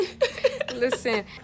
Listen